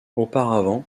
auparavant